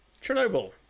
Chernobyl